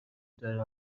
دارمی